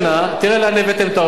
תראה לאן הבאתם את העולם,